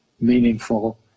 meaningful